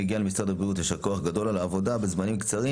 מגיע למשרד הבריאות ישר כוח גדול על העבודה בזמנים קצרים